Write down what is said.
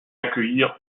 accueillir